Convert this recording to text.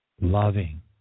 loving